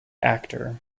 actor